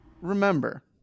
remember